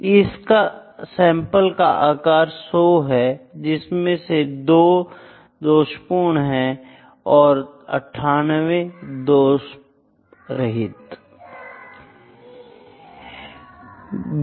इस सैंपल का अकार 100 है जिसमे से 2 दोषपूर्ण है और 98 दोषरहित है